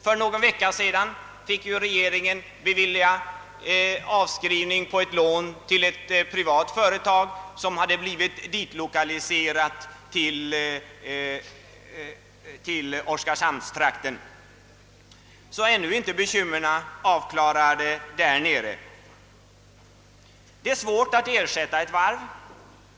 För någon vecka sedan fick regeringen bevilja avskrivning på ett lån till ett privatföretag som hade blivit lokaliserat till Oskarshamn. Så ännu är inte bekymmerna avklarade därnere. Det är svårt att ersätta ett varv.